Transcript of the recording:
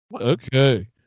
Okay